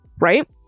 right